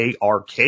ARK